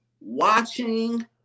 watching